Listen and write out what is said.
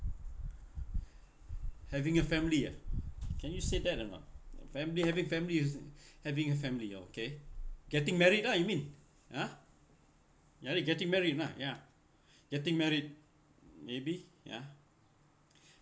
having a family ah can you say that or not family having family having a family okay getting married lah you mean uh ya you getting married lah ya getting married maybe ya